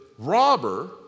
robber